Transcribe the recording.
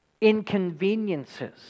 inconveniences